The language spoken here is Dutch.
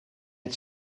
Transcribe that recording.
het